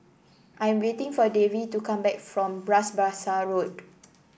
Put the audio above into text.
I'm waiting for Davie to come back from Bras Basah Road